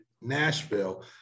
Nashville